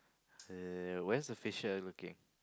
say where's the fisher looking